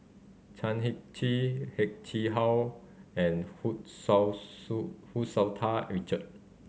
Chan Heng Chee Heng Chee How and Hu Tsu Hu Tsu Tau Richard